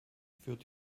führt